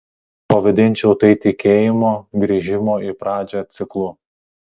pavadinčiau tai tikėjimo grįžimo į pradžią ciklu